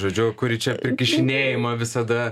žodžiu kuri čia prikišinėjama visada